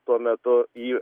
tuo metu į